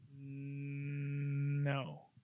No